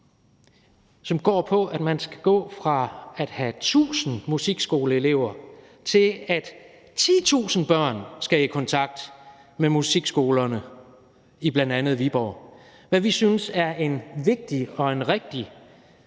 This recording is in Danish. som går på, at man skal gå fra at have 1.000 musikskoleelever, til at 10.000 børn skal i kontakt med musikskolerne, bl.a. i Viborg, hvad vi synes er en vigtig og en rigtig